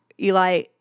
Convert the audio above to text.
Eli